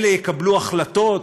אלה יקבלו החלטות